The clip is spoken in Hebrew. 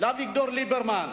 לאביגדור ליברמן?